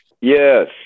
Yes